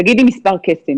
תגידי מספר קסם.